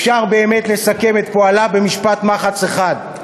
אפשר באמת לסכם את פועלה במשפט מחץ אחד,